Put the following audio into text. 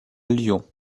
lyon